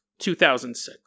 2006